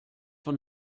von